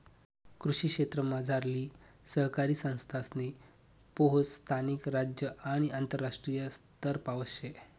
कृषी क्षेत्रमझारली सहकारी संस्थासनी पोहोच स्थानिक, राज्य आणि आंतरराष्ट्रीय स्तरपावत शे